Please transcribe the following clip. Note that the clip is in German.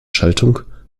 schaltung